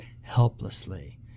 helplessly